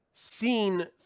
seen